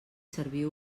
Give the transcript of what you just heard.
serviu